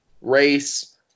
race